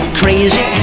crazy